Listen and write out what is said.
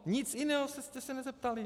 Na nic jiného jste se nezeptali.